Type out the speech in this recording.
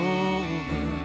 over